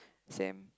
same